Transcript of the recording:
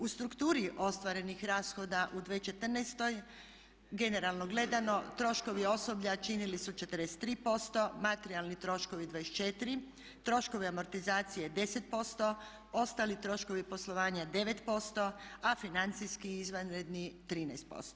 U strukturi ostvarenih rashoda u 2014. generalno gledano troškovi osoblja činili su 43%, materijalni troškovi 24, troškovi amortizacije 10%, ostali troškovi poslovanja 9%, a financijski izvanredni 13%